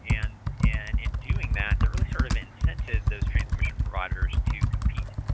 and and in doing that they really sort of incented those transmission providers to compete,